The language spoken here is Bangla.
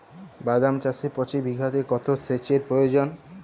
বাদাম চাষে প্রতি বিঘাতে কত সেচের প্রয়োজন?